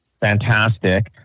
fantastic